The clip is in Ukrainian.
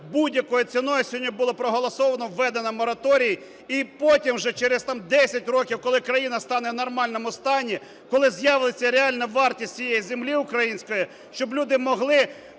будь-якою ціною сьогодні було проголосоване введення мораторію. І потім вже, через там 10 років, коли країна стане в нормальному стані, коли з'явиться реальна вартість цієї землі української, щоб люди могли